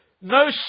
No